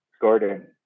Gordon